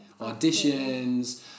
auditions